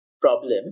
problem